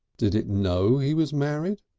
did it know he was married?